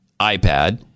iPad